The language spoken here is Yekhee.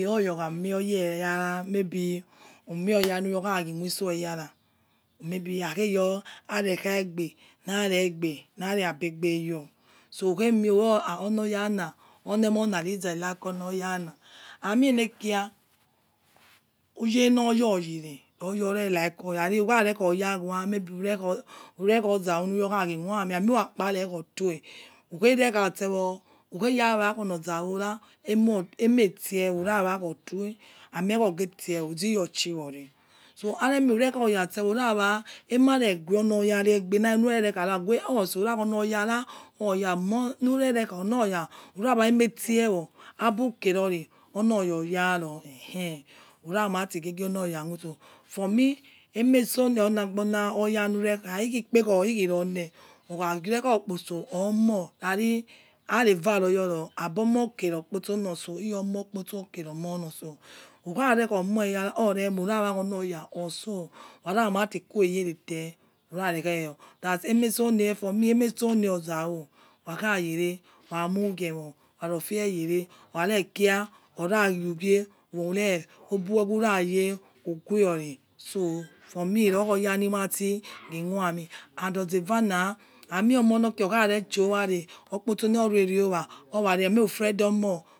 Oya kha mie oya ire magbe omio oya lozhi khuoso eyara magbe okhe yo lane khabe lareigbe lane abeyo so ughe mio yoro ola yola oto minena loze re like oya ria-aimie le kira uwele loyora rele o loyare like aimie abuyere aru kha ozao lukha ghe khusmia due ugha night itse ugara wa olozawo amie tiewo ara ya wa ofue uzeyo chiyora aramie aimghu oloyora aigbe uyawa olora oauoo oloya urawa aimie itiew o abukere ri oloya, oraya uramati ghe ghio oloya khu eso mi for me aima so olagbona oyahure kha ikhi ekpeghoro ikhi role ukha re kha aigbebo okposo or aigbebo omp yaci okposo kere omo loso iyo omo kere okposo loso ukha re rekha omo eyare aiyare omk ore mo oso ware not due yere te that aimie so oza'o hokha yele wa mghe ml warufia rele loklen ora khu ore, ebu ghu ghure khe ye ugheri for me liyo lighe mati khu aimi and oize' eve na amie omo kha cho owa okha gni o okposo lore owa lughe friend